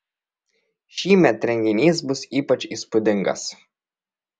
šįmet renginys bus ypač įspūdingas